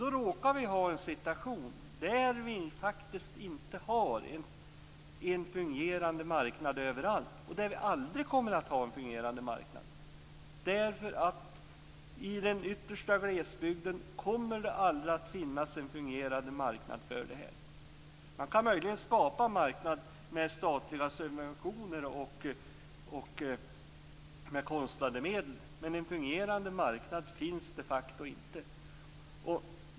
Nu råkar situationen vara att vi faktiskt inte har en fungerande marknad överallt och aldrig kommer att ha det. I den yttersta glesbygden kommer det nämligen aldrig att finnas en fungerande marknad för det här. Möjligen kan en marknad skapas med statliga subventioner och med konstlade medel men en fungerande marknad finns de facto inte.